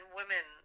women